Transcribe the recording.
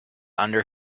under